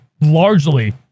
largely